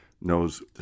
knows